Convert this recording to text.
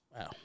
Wow